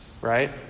Right